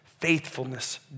faithfulness